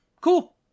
Cool